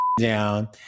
down